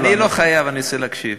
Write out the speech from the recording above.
אני לא חייב, אני רוצה להקשיב.